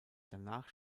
danach